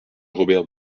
robert